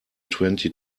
twenty